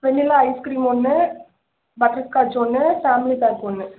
வெண்ணிலா ice cream ஒன்று butterscotch ஒன்று family pack ஒன்று